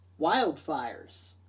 wildfires